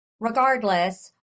Regardless